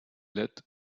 let